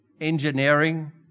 Engineering